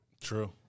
True